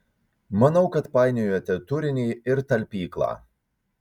manau kad painiojate turinį ir talpyklą